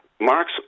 Marks